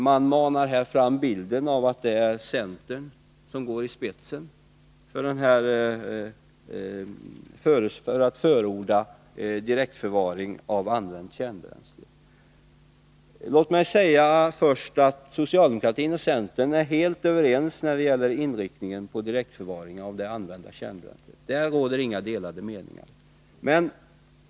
Man manar här fram bilden av att det är centern som går i spetsen när det gäller att förorda direktförvaring av använt kärnbränsle. Låt mig först säga att socialdemokratin och centern är helt överens i fråga om inriktningen på direktförvaring av det använda kärnbränslet. Där råder inga delade meningar.